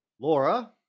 Laura